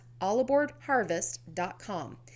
allaboardharvest.com